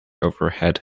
overhead